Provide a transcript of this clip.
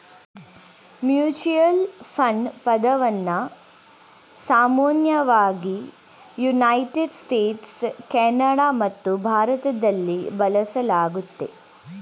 mutual fund ಪದವನ್ನ ಸಾಮಾನ್ಯವಾಗಿ United States, Canada ಮತ್ತು ಭಾರತದಲ್ಲಿ ಬಳಸಲಾಗುತ್ತೆ